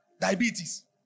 Diabetes